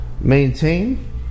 Maintain